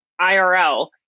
IRL